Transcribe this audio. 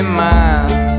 miles